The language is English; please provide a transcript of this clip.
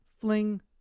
Fling